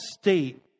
state